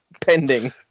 pending